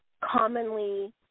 commonly